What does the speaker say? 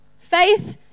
Faith